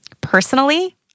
Personally